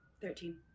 Thirteen